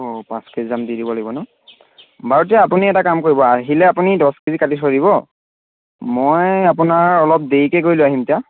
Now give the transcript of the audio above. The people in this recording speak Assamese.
অঁ পাঁচ কেজি দাম দি দিব লাগিব ন বাৰু দিয়া আপুনি এটা কাম কৰিব আহিলে আপুনি দহ কেজি কাটি থৈ দিব মই আপোনাৰ অলপ দেৰিকৈ গৈ লৈ আহিম তেতিয়া